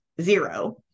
zero